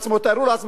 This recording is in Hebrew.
תארו לעצמכם,